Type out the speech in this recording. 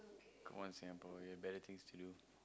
come on Singaporean better things to do